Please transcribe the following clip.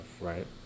right